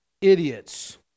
idiots